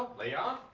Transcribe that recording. leon.